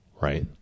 right